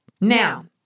Now